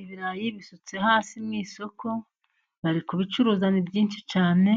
Ibirayi bisutse hasi mu isoko, bari ku bicuruza ni byinshi cyane,